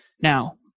Now